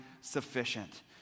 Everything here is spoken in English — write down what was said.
sufficient